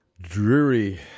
dreary